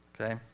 Okay